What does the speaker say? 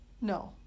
No